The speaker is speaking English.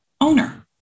owner